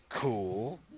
cool